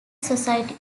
society